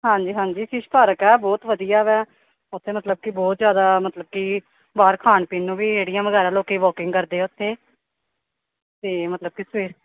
ਹਾਂਜੀ ਹਾਂਜੀ ਹੈ ਬਹੁਤ ਵਧੀਆ ਹੈ ਉੱਥੇ ਮਤਲਬ ਕਿ ਬਹੁਤ ਜ਼ਿਆਦਾ ਮਤਲਬ ਕਿ ਬਾਹਰ ਖਾਣ ਪੀਣ ਨੂੰ ਵੀ ਰੇੜੀਆਂ ਵਗੈਰਾ ਲੋਕ ਵਾਕਿੰਗ ਕਰਦੇ ਆ ਉੱਥੇ ਅਤੇ ਮਤਲਬ ਕਿ ਸਵੇ